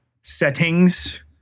settings